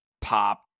pop